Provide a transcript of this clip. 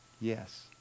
Yes